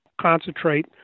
concentrate